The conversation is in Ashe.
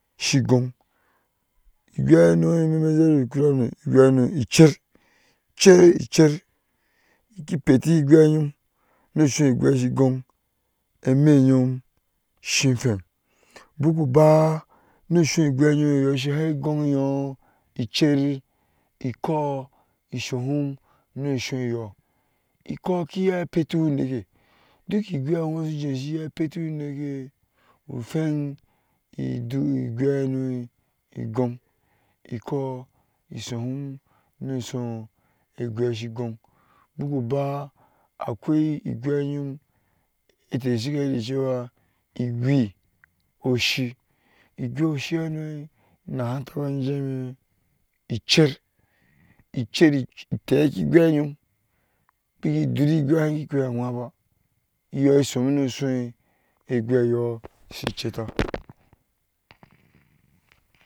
Shi goŋ igwahɛnu menii sho hɛ ati kura no igwahɛnu echer, cher ki peteh egwayɔɔ nosuh gwai shi goŋ imɛyon shi hwɛn buku uba nisuh gwai yɔɔ shi hɛ gonɛyɔɔ ichar ikou rsoyom nisuyɔɔ ikou ki iya peteh unike doku igwayɔɔ su jeh sa iya peteh unike ehwɛn igwahɛ egon ikou esuhim no su igwa shi gon buku ba akwai igwai yɔɔm keke hɛ̃sa da cewa igwɛ oshi igwɛ oshihanu nahɛ taba jeh ichar ichar teki igwa yɔɔm beki dorih igwai han ki kpe wanba iyɔɔ sohom nosuhgwaiyɔɔ shi cheteh.